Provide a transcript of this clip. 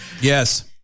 yes